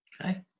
Okay